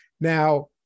Now